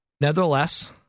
Nevertheless